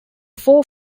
fore